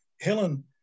Helen